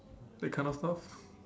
that kind of stuff